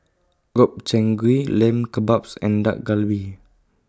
Gobchang Gui Lamb Kebabs and Dak Galbi